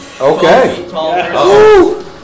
Okay